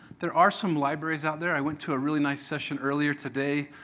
there are some libraries out there. i went to a really nice session earlier today.